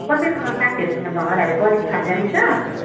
कसैसँग साथीहरूसँग झगडाहरू परेको छैन रहेछ